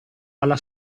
alla